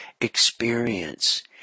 experience